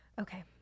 okay